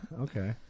Okay